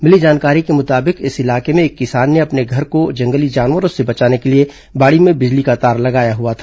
मिली जानकारी के मुताबिक इस इलाके में एक किसान ने अपने घर को जंगली जानवरों से बचाने के लिए बाड़ी में बिजली का तार लगाया हुआ था